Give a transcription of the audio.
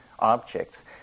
objects